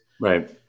right